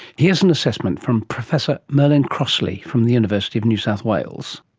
here's an assessment from professor merlin crossley from the university of new south wales.